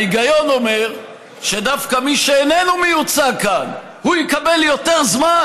ההיגיון אומר שדווקא מי שאיננו מיוצג כאן יקבל יותר זמן,